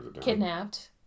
kidnapped